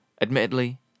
Admittedly